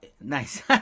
Nice